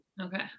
okay